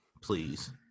Please